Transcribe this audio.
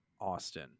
Austin